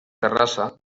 terrassa